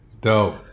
dope